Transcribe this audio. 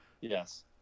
Yes